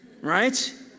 right